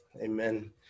Amen